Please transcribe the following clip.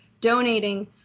donating